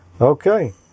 Okay